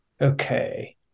Okay